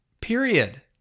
Period